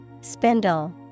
Spindle